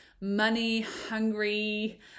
money-hungry